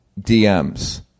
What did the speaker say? DMs